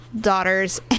daughters